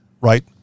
right